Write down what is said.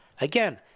Again